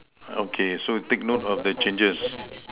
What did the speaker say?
okay so take note of the changes